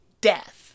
death